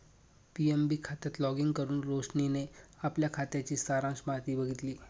PNB खात्यात login करुन रोशनीने आपल्या खात्याची सारांश माहिती बघितली